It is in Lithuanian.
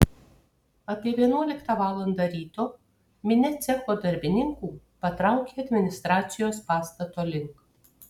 apie vienuoliktą valandą ryto minia cecho darbininkų patraukė administracijos pastato link